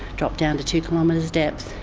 drop down to two kilometres depth,